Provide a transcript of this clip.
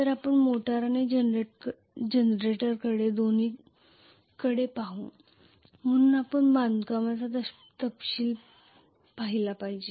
तर आपण मोटर आणि जनरेटर दोन्हीकडे पाहू म्हणून आपण बांधकामाचा तपशील पाहिला पाहिजे